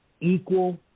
equal